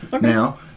now